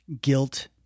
guilt